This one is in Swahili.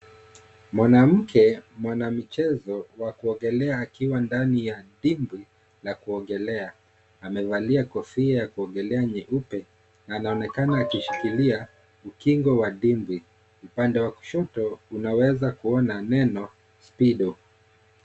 Mwanamke mwanamichezo wa kuongelea akiwa ndani ya dimbwi ya kuogelea. Amevalia kofia ya kuogelea nyeupe na anaonekana akimshikilia ukingo wa dimbwi. Upande wa kushoto unaweza kuona neno Spedo.